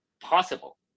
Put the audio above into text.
possible